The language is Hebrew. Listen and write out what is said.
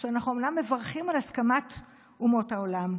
שאנחנו אומנם מברכים על הסכמת אומות העולם,